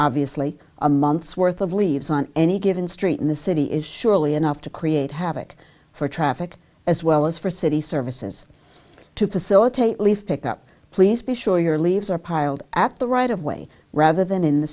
obviously a month's worth of leaves on any given street in the city is surely enough to create havoc for traffic as well as for city services to facilitate leaf pick up please be sure your leaves are piled at the right of way rather than in the